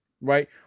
right